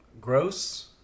gross